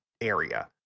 area